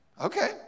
Okay